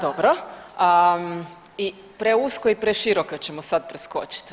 Dobro i preusko i preširoko ćemo sad preskočit.